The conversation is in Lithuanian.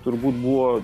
turbūt buvo